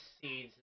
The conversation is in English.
seeds